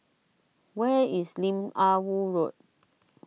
where is Lim Ah Woo Road